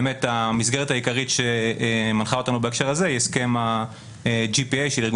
באמת המסגרת העיקרית שמנחה אותנו בהקשר הזה היא הסכם ה-GPA של ארגון